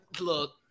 look